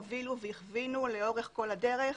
הובילו והכווינו לאורך כל הדרך,